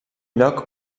lloc